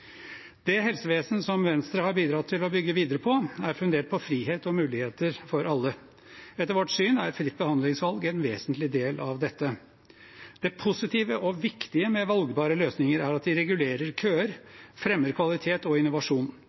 Det helsevesenet som Venstre har bidratt til å bygge videre på, er fundert på frihet og muligheter for alle. Etter vårt syn er fritt behandlingsvalg en vesentlig del av dette. Det positive og viktige med valgbare løsninger er at de regulerer køer og fremmer kvalitet og innovasjon.